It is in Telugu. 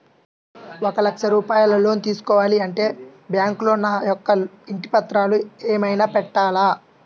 ఒక లక్ష రూపాయలు లోన్ తీసుకోవాలి అంటే బ్యాంకులో నా యొక్క ఇంటి పత్రాలు ఏమైనా పెట్టాలా?